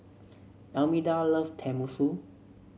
Almeda love Tenmusu